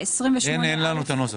אין לנו את הנוסח.